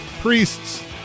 Priests